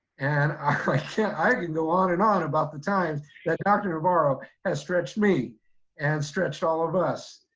and ah like, yeah i could go on and on about the times that dr. navarro has stretched me and stretched all of us.